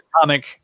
comic